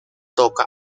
toca